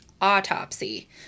autopsy